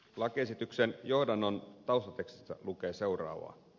lakiesityksen johdannon taustatekstissä lukee seuraavaa